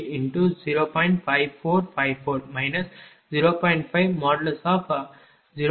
4670474 இல்லையா